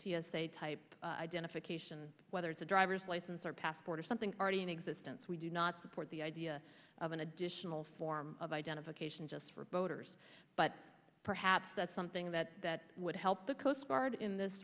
a type identification whether it's a driver's license or passport or something already in existence we do not support the idea of an additional form of identification just for boaters but perhaps that's something that would help the coast guard in this